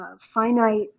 finite